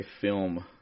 film